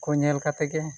ᱠᱚ ᱧᱮᱞ ᱠᱟᱛᱮᱫ ᱜᱮ